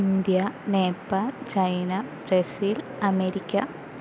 India Nepal China Brazil America